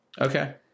okay